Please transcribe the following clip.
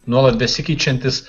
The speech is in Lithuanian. nuolat besikeičiantis